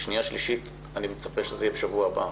אני מצפה שקריאה שנייה ושלישית תהיה בשבוע הבא.